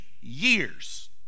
years